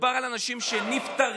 מדובר על אנשים שנפטרים,